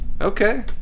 Okay